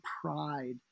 pride